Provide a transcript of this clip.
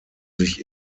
sich